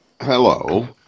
Hello